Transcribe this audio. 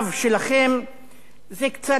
זה קצת פוגע ביציבות,